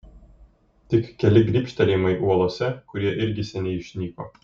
tik keli grybštelėjimai uolose kurie irgi seniai išnyko